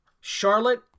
charlotte